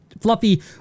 Fluffy